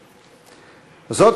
זאת,